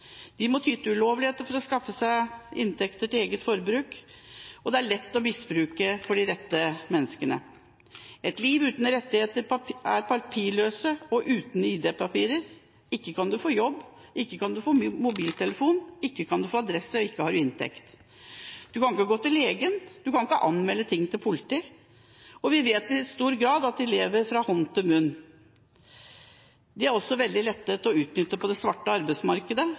De må ty til ulovligheter for å skaffe seg inntekter til eget forbruk, og de er lette å misbruke for de rette menneskene. De har et liv uten rettigheter, er papirløse og uten id-papirer. Ikke kan de få jobb, ikke kan de få mobiltelefon, ikke kan de få adresse og ikke har de inntekt. De kan ikke gå til legen, de kan ikke anmelde ting til politiet. Vi vet at de i stor grad lever fra hånd til munn. De er også veldig lette å utnytte på det svarte arbeidsmarkedet